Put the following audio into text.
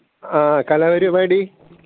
ആ കലാപരിപാടി